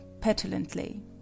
petulantly